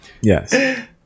Yes